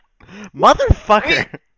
Motherfucker